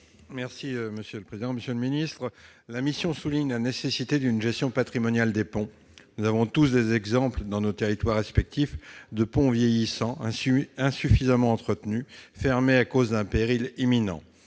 la mission d'information sur la sécurité des ponts souligne la nécessité d'une gestion patrimoniale des ponts. Nous avons tous des exemples, dans nos territoires respectifs, de ponts vieillissants, insuffisamment entretenus, fermés à cause d'un péril imminent.